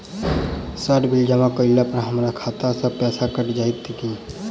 Sir bill जमा करला पर हमरा खाता सऽ पैसा कैट जाइत ई की?